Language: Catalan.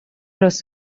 ros